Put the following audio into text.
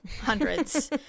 Hundreds